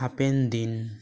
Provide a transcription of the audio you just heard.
ᱦᱟᱯᱮᱱ ᱫᱤᱱ